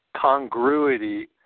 congruity